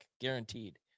guaranteed